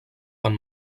van